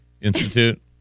Institute